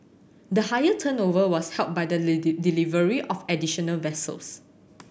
the higher turnover was helped by the delivery of additional vessels